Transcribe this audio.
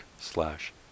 slash